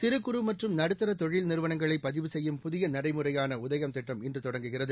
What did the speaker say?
சிறு குறு மற்றும் நடுத்தர தொழில் நிறுவனங்களை பதிவு செய்யும் புதிய நடைமுறையான உதயம் திட்டம் இன்று தொடங்குகிறது